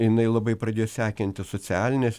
jinai labai pradėjo sekinti socialines